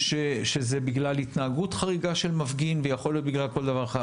שזה בגלל התנהגות חריגה של מפגין ויכול להיות בגלל כל דבר אחר,